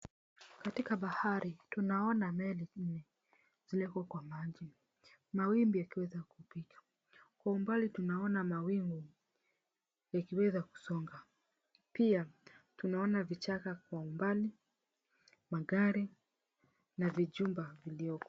Katika bahari, tunaona meli nne, ziliko kwa maji. Mawimbi yakiweza kupita, kwa umbali tunaona mawingu yakiweza kusonga. Pia tunaona vichaka kwa umbali, magari, na vijumba vilioko.